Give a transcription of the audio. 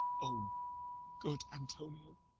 o good antonio,